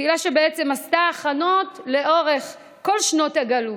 קהילה שבעצם עשתה הכנות לאורך כל שנות הגלות.